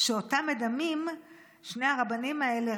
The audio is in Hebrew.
שאותה מדמים שני הרבנים האלה,